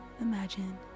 imagine